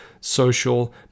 social